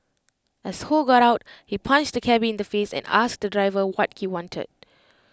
as ho got out he punched the cabby in the face and asked the driver what he wanted